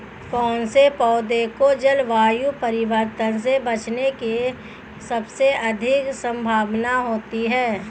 कौन से पौधे को जलवायु परिवर्तन से बचने की सबसे अधिक संभावना होती है?